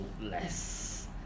less